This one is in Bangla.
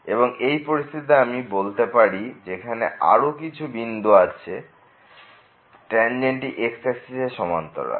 এবং এই পরিস্থিতিতে আমি বলতে পারি যেখানে আরো কিছু বন্ধু আছে যেখানে ট্যানজেন্টটি x অ্যাক্সিস এর সাথে সমান্তরাল